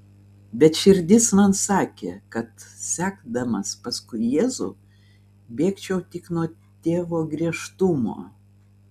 bet širdis man sakė kad sekdamas paskui jėzų bėgčiau tik nuo tėvo griežtumo